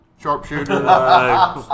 sharpshooter